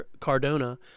Cardona